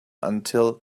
until